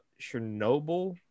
chernobyl